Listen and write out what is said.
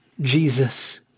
Jesus